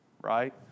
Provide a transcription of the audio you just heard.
Right